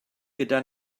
gyda